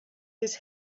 his